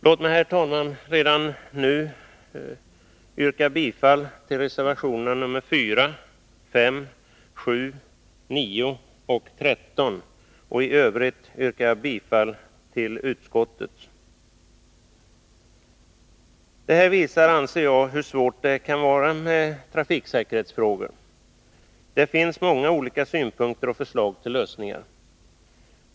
Låt mig, herr talman, redan nu yrka bifall till reservationerna 4, 5, 7, 9 och 13. I övrigt yrkar jag bifall till utskottets hemställan. Denna splittring visar, anser jag, hur svårt det kan vara med trafiksäkerhetsfrågor — det finns många olika synpunkter och förslag till lösningar.